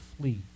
flee